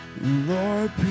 Lord